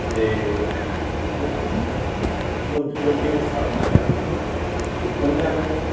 ਅਤੇ ਓ ਉਹ ਕਿਉਂਕਿ ਉਹ ਸੜ ਨਾ ਜਾਣ ਅਤੇ ਉਹਨਾਂ ਨੂੰ